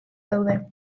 daude